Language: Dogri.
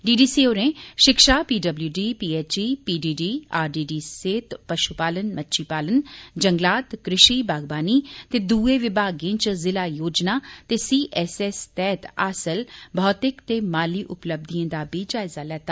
डीडीसी होरें शिक्षा पीडब्ल्यूडी पीएचई पीडीडी आरडीडी सेहत पशु पालन मच्छी पालन जंगलात कृषि बागवानी ते दुए विभागें च जिला योजना ते सीएसएस तैहत हासिल भौतिक ते माली उपलब्धिएं दा बी जायजा लैता